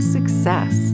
Success